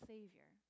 Savior